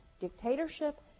dictatorship